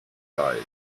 guys